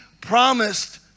promised